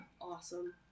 Awesome